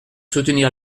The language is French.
soutenir